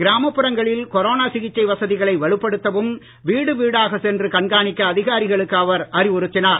கிராமப்புறங்களில் கொரோனா சிகிச்சை வசதிகளை வலுப்படுத்தவும் வீடு வீடாகச் சென்று கண்காணிக்க அதிகாரிகளுக்கு அவர் அறிவுறுத்தினார்